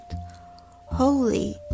holy